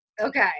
okay